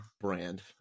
brand